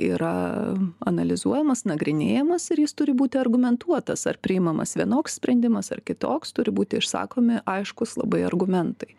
yra analizuojamas nagrinėjamas ir jis turi būti argumentuotas ar priimamas vienoks sprendimas ar kitoks turi būti išsakomi aiškūs labai argumentai